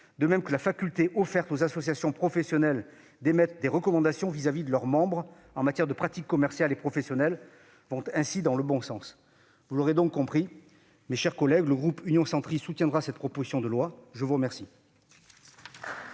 de même que la faculté offerte aux associations professionnelles d'émettre des recommandations vis-à-vis de leurs membres en matière de pratiques commerciales et professionnelles vont ainsi dans le bon sens Vous l'aurez donc compris, mes chers collègues, le groupe Union Centriste soutiendra cette proposition de loi. La parole